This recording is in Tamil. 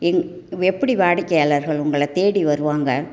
எப்படி வாடிக்கையாளர்கள் உங்களை தேடி வருவாங்கள்